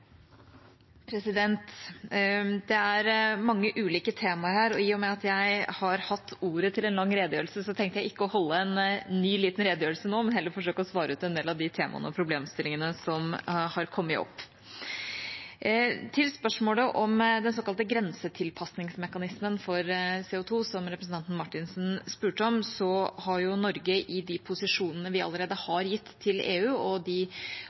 en lang redegjørelse, tenkte jeg ikke å holde en ny, liten redegjørelse nå, men heller forsøke å svare ut en del av de temaene og problemstillingene som har kommet opp. Når det gjelder spørsmålet om den såkalte grensetilpasningsmekanismen for CO 2 , som representanten Marthinsen spurte om, har Norge i de posisjonene vi allerede har gitt til EU – og